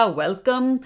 welcome